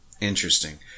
Interesting